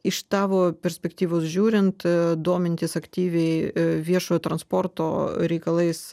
iš tavo perspektyvos žiūrint domintis aktyviai viešojo transporto reikalais